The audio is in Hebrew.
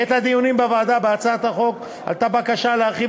בעת הדיונים בוועדה בהצעת החוק עלתה בקשה להרחיב